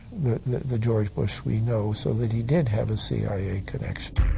the george bush we know, so that he did have a cia connection.